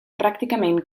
pràcticament